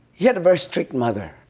he had a very strict mother,